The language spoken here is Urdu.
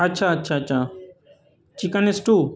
اچھا اچھا اچھا چکن اسٹو